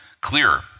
clearer